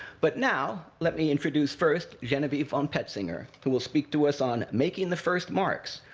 but now, let me introduce first genevieve von petzinger, who will speak to us on making the first marks,